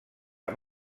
amb